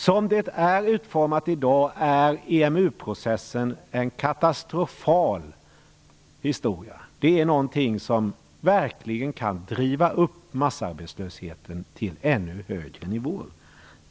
Som det hela är utformat i dag är EMU-processen en katastrofal historia. Det är någonting som verkligen kan driva upp massarbetslösheten till ännu högre nivåer.